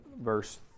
verse